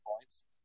points